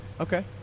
Okay